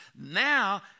now